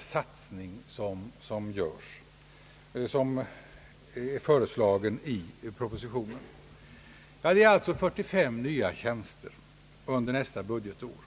satsning som föreslås i propositionen, dvs. 45 nya tjänster under nästa budgetår.